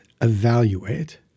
evaluate